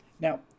Now